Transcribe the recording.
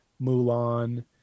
mulan